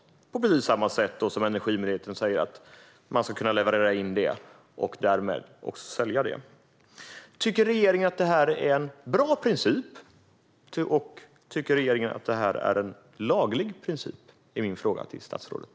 Det är på samma sätt som när Energimyndigheten säger att man ska kunna leverera in det och därmed också sälja det. Tycker regeringen att detta är en bra princip? Och tycker regeringen att detta är en laglig princip? Det är mina frågor till statsrådet.